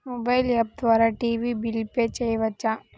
Mobile app ద్వారా TV bill pay చేయవచ్చా?